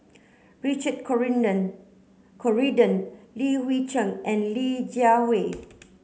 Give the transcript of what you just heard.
Richard Corridon Li Hui Cheng and Li Jiawei